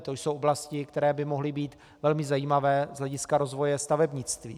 To jsou oblasti, které by mohly být velmi zajímavé z hlediska rozvoje stavebnictví.